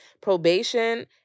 Probation